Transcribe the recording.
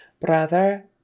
Brother